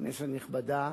כנסת נכבדה,